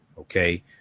Okay